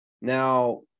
Now